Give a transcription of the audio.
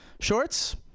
Shorts